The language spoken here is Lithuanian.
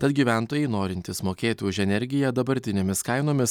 tad gyventojai norintys mokėti už energiją dabartinėmis kainomis